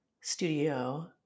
studio